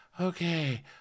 okay